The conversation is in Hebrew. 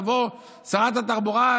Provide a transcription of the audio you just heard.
תבוא שרת התחבורה,